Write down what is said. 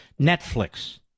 Netflix